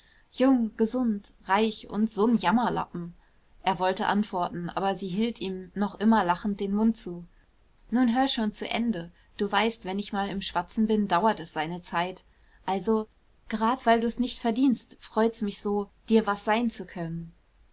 jung gesund reich und so'n jammerlappen er wollte antworten aber sie hielt ihm noch immer lachend den mund zu nun hör schon zu ende du weißt wenn ich mal im schwatzen bin dauert es seine zeit also gerad weil du's nicht verdienst freut's mich so dir was sein zu können